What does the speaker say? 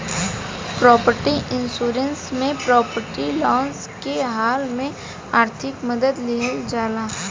property insurance से property loss के हाल में आर्थिक मदद लीहल जाला